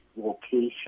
location